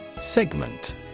Segment